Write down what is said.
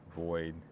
void